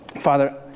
Father